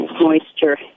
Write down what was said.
moisture